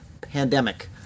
pandemic